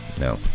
no